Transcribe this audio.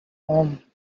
home